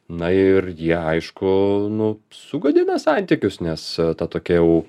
na ir jie aišku nu sugadina santykius nes ta tokia jau